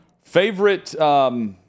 Favorite